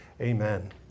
Amen